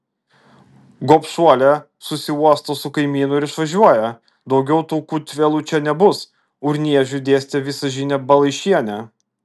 gobšuolė susiuosto su kaimynu ir išvažiuoja daugiau tų kūtvėlų čia nebus urniežiui dėstė visažinė balaišienė